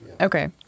Okay